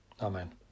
amen